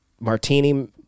martini